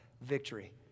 victory